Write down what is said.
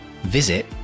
visit